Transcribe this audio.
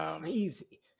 crazy